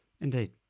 Indeed